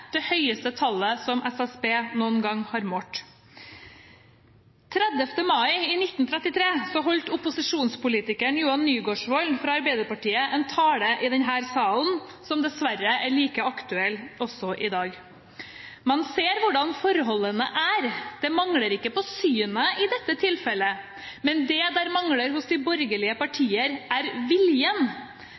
det høyeste tallet som SSB noen gang har målt. Den 30. mai 1933 holdt opposisjonspolitiker Johan Nygaardsvold fra Arbeiderpartiet en tale i denne salen, som dessverre er like aktuell i dag. Han sa: «Man ser hvordan forholdene er. Det mangler ikke på synet i dette tilfelle; men det der mangler hos de borgerlige partier, er viljen.